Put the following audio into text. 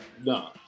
no